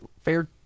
fair